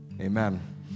Amen